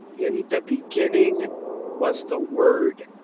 in the beginning was the word,